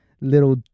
little